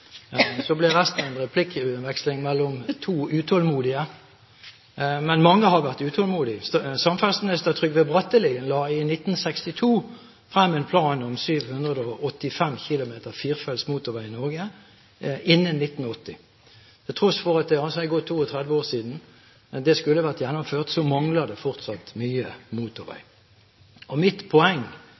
resten en replikkordveksling mellom to utålmodige. Men mange har vært utålmodige. Samferdselsminister Trygve Bratteli la i 1962 frem en plan om 785 km firefelts motorvei i Norge innen 1980. Til tross for at det har gått 32 år siden det skulle vært gjennomført, mangler det fortsatt mye motorvei. Mitt poeng